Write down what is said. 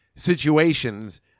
situations